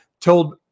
told